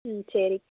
ம் சரி